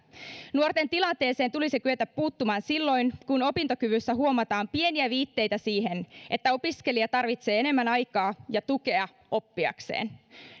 nuorten tilanteeseen tulisi kyetä puuttumaan silloin kun opintokyvyssä huomataan pieniä viitteitä siitä että opiskelija tarvitsee enemmän aikaa ja tukea oppiakseen